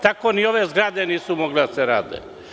Tako ni ove zgrade nisu mogle da se rade.